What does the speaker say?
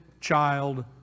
child